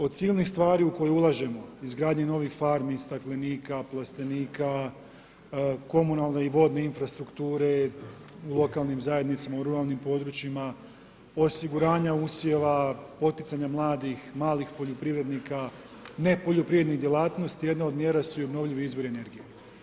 Od silnih stvari u koje ulažemo, izgradnje novih farmi i staklenika, plastenika, komunalne i vodne infrastrukture, u lokalnim zajednicama, u ruralnim područjima, osiguranja usjeva, poticanja mladih, malih poljoprivrednika, ne poljoprivrednih djelatnosti, jedna od mjera su i obnovljivi izvori energije.